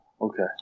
okay